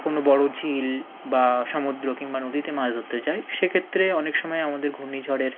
কোনো বড় ঝিল বা সমুদ্র কিংবা নদীতে মাছ ধরতে যাই সেক্ষেত্রে অনেক সময় আমাদের ঘূর্ণিঝড়ের